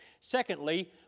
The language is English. Secondly